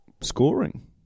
scoring